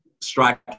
strike